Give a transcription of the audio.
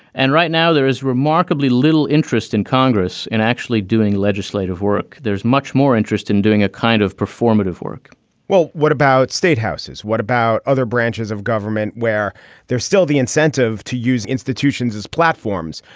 and right now, there is remarkably little interest in congress in actually doing legislative work. there's much more interest in doing a kind of performative work well, what about statehouses? what about other branches of government where there's still the incentive to use institutions as platforms,